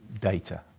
data